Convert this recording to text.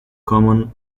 common